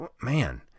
Man